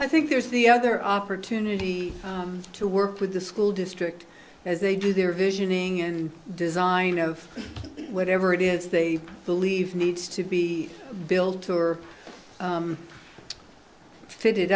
i think there's the other opportunity to work with the school district as they do their visioning and design of whatever it is they believe needs to be built to or fit